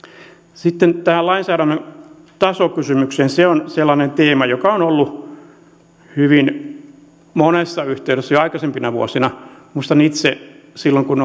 sitten tähän lainsäädännön tasokysymykseen se on sellainen teema joka on ollut esillä hyvin monessa yhteydessä jo aikaisempina vuosina muistan itse että kun